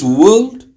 world